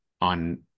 on